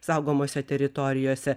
saugomose teritorijose